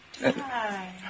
Hi